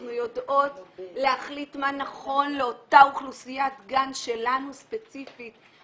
אנחנו יודעות להחליט מה נכון לאותה אוכלוסיית גן שלנו ספציפית.